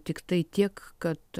tiktai tiek kad